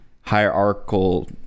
hierarchical